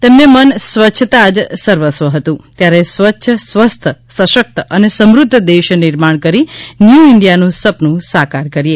તેમને મન સ્વચ્છતા જ સર્વસ્વ હતું ત્યારે સ્વચ્છ સ્વસ્થ્ય સશક્ત અને સમૃદ્ધ દેશ નિર્માણ કરી ન્યૂ ઇન્ડિયાનું સપનું સાકાર કરીએ